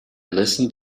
listened